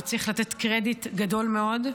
וצריך לתת קרדיט גדול מאוד.